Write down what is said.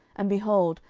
and, behold,